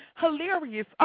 hilarious